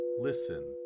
listen